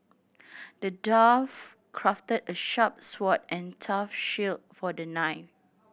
the dwarf crafted a sharp sword and tough shield for the knight